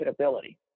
profitability